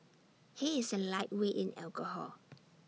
he is A lightweight in alcohol